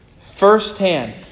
firsthand